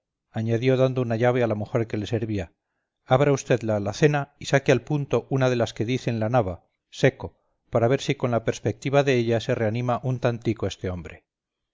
añadió dando una llave a la mujer que le servía abra vd la alacena y saque al punto una de las que dicen la nava seco para ver si con la perspectiva de ella se reanima un tantico este hombre